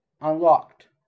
unlocked